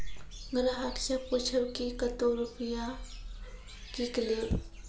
ग्राहक से पूछब की कतो रुपिया किकलेब?